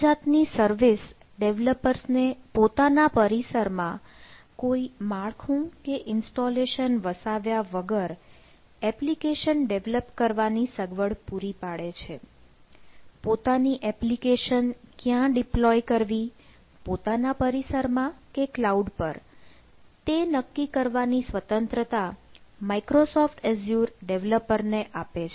આ જાતની સર્વિસ ડેવલપર્સને પોતાના પરિસરમાં કોઈ માળખું કે ઇન્સ્ટોલેશન કરવી પોતાના પરિસરમાં કે ક્લાઉડ પર તે નક્કી કરવાની સ્વતંત્રતા માઇક્રોસોફ્ટ એઝ્યુર ડેવલપરને આપે છે